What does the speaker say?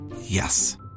Yes